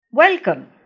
Welcome